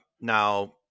Now